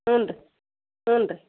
ಹ್ಞೂ ರೀ ಹ್ಞೂ ರೀ